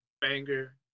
Banger